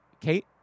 Kate